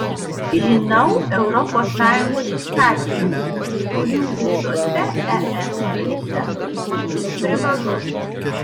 žinau europos sąjungos įstatymus kurių visose es šalyse laikytis privalu